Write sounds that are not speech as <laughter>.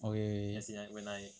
okay <breath>